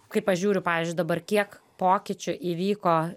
kai pažiūriu pavyzdžiui dabar kiek pokyčių įvyko